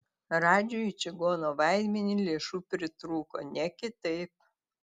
radžiui į čigono vaidmenį lėšų pritrūko ne kitaip